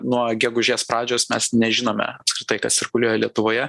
nuo gegužės pradžios mes nežinome apskritai kas cirkuliuoja lietuvoje